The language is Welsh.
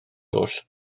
oll